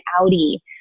Audi